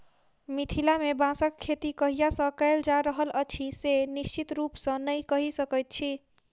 मिथिला मे बाँसक खेती कहिया सॅ कयल जा रहल अछि से निश्चित रूपसॅ नै कहि सकैत छी